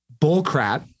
bullcrap